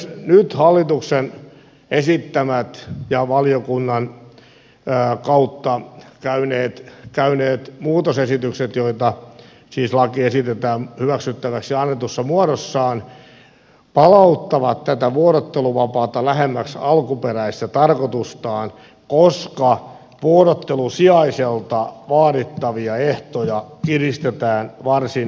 nyt hallituksen esittämät ja valiokunnan kautta käyneet muutosesitykset joita siis lakiin esitetään hyväksyttäviksi annetussa muodossaan palauttavat tätä vuorotteluvapaata lähemmäksi alkuperäistä tarkoitustaan koska vuorottelusijaiselta vaadittavia ehtoja kiristetään varsin merkittävästi